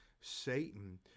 Satan